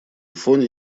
фоне